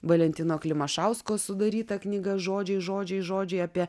valentino klimašausko sudarytą knygą žodžiai žodžiai žodžiai apie